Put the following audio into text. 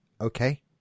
okay